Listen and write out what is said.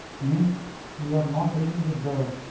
means you are not dealing with the